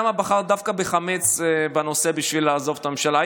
למה בחרת דווקא בחמץ כנושא בשביל לעזוב את הממשלה.